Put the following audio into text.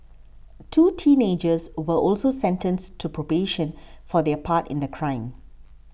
two teenagers were also sentenced to probation for their part in the crime